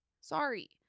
Sorry